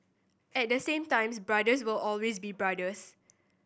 at the same times brothers will always be brothers